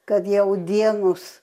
kad jau dienos